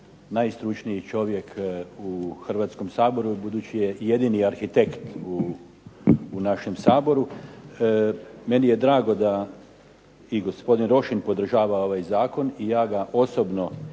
najstručniji čovjek u Hrvatskom saboru i budući je jedini arhitekt u našem Saboru. Meni je drago da i gospodin Rošin podržava ovaj zakon i ja ga osobno